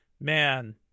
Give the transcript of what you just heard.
man